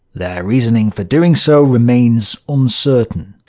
their reasoning for doing so remains uncertain,